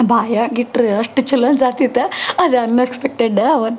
ಬಾಯಾಗಿಟ್ರೆ ಅಷ್ಟು ಚಲೋದಾಗ್ತಿತ್ತು ಅದು ಅನ್ಎಕ್ಸ್ಪೆಕ್ಟೆಡ್ ಆವತ್ತು